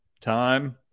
time